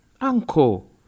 Uncle